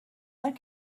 one